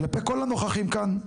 כלפי כל הנוכחים כאן,